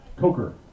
Coker